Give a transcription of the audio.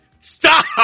stop